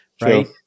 right